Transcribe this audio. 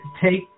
take